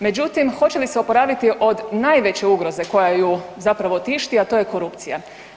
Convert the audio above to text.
Međutim, hoće li se oporaviti od najveće ugroze koja ju zapravo tišti, a to je korupcija.